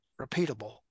repeatable